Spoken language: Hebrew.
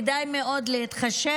כדאי מאוד להתחשב.